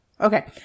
Okay